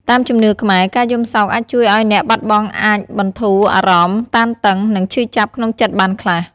តាមជំនឿខ្មែរ ការយំសោកអាចជួយឱ្យអ្នកបាត់បង់អាចបន្ធូរបន្ថយអារម្មណ៍តានតឹង និងឈឺចាប់ក្នុងចិត្តបានខ្លះ។